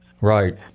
Right